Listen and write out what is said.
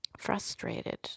frustrated